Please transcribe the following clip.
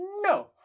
no